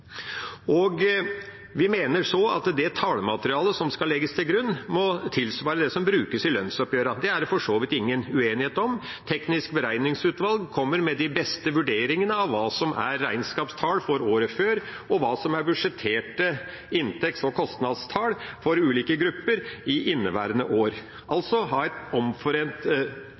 Vi mener så at det tallmaterialet som skal legges til grunn, må tilsvare det som brukes i lønnsoppgjørene. Det er det for så vidt ingen uenighet om. Teknisk beregningsutvalg kommer med de beste vurderingene av hva som er regnskapstall for året før, og hva som er budsjetterte inntekts- og kostnadstall for ulike grupper i inneværende år, altså er det å ha et